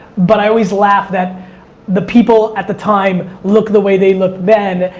but i always laugh that the people at the time look the way they look then,